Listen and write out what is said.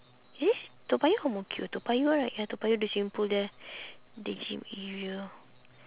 toa payoh or ang mo kio toa payoh right ah toa payoh the swimming pool there the gym area